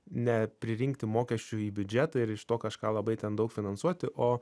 ne pririnkti mokesčių į biudžetą ir iš to kažką labai ten daug finansuoti o